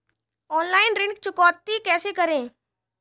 Online ऋण चुकौती कैसे करें?